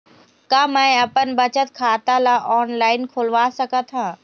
का मैं अपन बचत खाता ला ऑनलाइन खोलवा सकत ह?